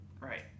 Right